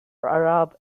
arab